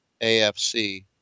AFC